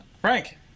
Frank